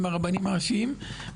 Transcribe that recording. עם הרבנים הראשיים,